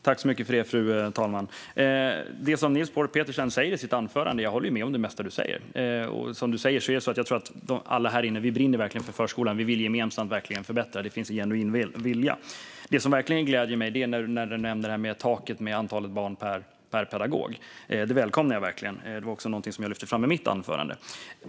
Fru talman! Jag håller med om det mesta som du säger i ditt anförande, Niels Paarup-Petersen. Som du säger tror jag att alla här inne verkligen brinner för förskolan och har en genuin gemensam vilja att förbättra den. Det gläder mig verkligen att du nämner taket för antalet barn per pedagog. Detta välkomnar jag, och jag lyfte också fram det i mitt anförande.